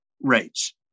rates